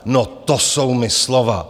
No to jsou mi slova!